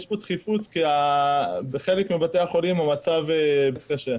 יש פה דחיפות, כי בחלק מבתי החולים המצב קשה.